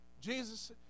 jesus